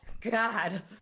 God